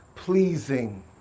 Pleasing